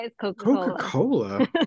coca-cola